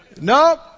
No